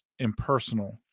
impersonal